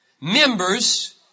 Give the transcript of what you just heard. members